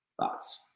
thoughts